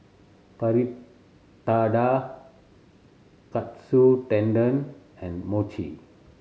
Fritada Katsu Tendon and Mochi